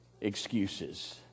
excuses